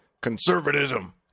conservatism